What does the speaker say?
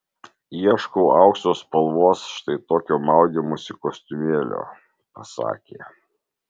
ieškau aukso spalvos štai tokio maudymosi kostiumėlio pasakė